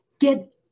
Get